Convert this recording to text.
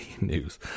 news